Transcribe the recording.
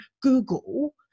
Google